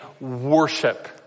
Worship